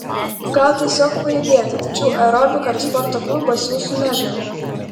o gal tiesiog pajudėti tačiau aerobika ar sporto klubas jūsų nežavi